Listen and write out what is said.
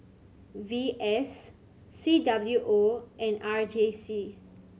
V S C W O and R J C